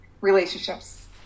Relationships